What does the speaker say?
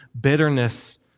bitterness